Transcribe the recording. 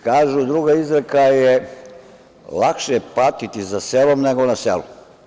Kaže druga izreka je – lakše je patiti za selom nego na selu.